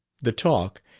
the talk,